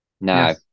No